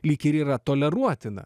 lyg ir yra toleruotina